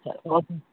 okay sir